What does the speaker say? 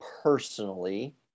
personally